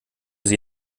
sie